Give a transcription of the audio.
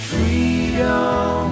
Freedom